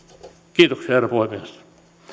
kiitoksia herra puhemies